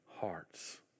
hearts